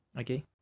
okay